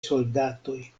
soldatoj